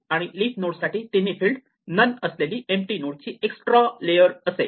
आणि लिफ रोड साठी तिन्ही फिल्ड नन असलेली एम्पटी नोड ची एक्सट्रा लेअर असेल